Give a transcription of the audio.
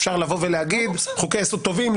אפשר לומר חוקי יסוד טובים,